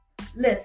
Listen